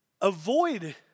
Avoid